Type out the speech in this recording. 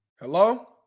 Hello